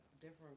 different